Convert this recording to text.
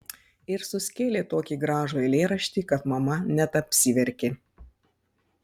ir suskėlė tokį gražų eilėraštį kad mama net apsiverkė